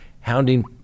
hounding